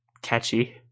catchy